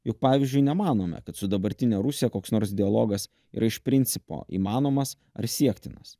juk pavyzdžiui nemanome kad su dabartine rusija koks nors dialogas yra iš principo įmanomas ar siektinas